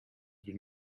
been